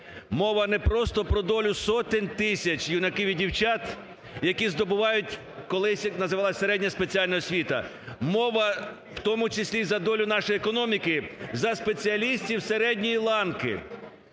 Мова не просто про долю сотень тисяч юнаків і дівчат, які здобувають, колись називалась середня спеціальна освіта. Мова в тому числі за долю нашої економіки, за спеціалістів середньої ланки.